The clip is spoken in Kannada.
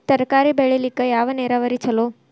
ತರಕಾರಿ ಬೆಳಿಲಿಕ್ಕ ಯಾವ ನೇರಾವರಿ ಛಲೋ?